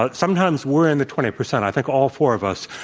but sometimes, we're in the twenty percent, i think all four of us.